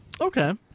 Okay